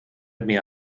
mehr